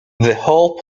whole